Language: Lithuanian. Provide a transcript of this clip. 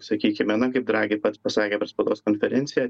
sakykime na kaip dragi pats pasakė per spaudos konferenciją